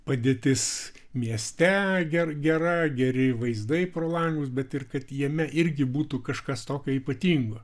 padėtis mieste ge gera geri vaizdai pro langus bet ir kad jame irgi būtų kažkas tokio ypatingo